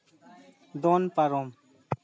ᱫᱚᱱ ᱯᱟᱨᱚᱢ